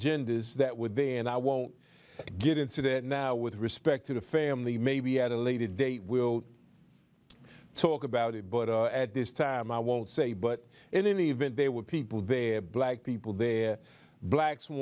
genders that within and i won't get into that now with respect to the family maybe at a later date we'll talk about it but at this time i won't say but in any event there were people there black people the blacks wore